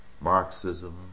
Marxism